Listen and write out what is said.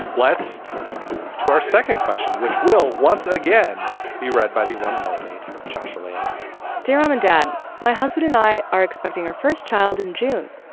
let's move to our second question, which will once again be read by the one and only shasha leonhard dear mom um and dad. my husband and i are expecting our first child in june.